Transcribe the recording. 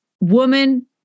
woman